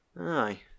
Aye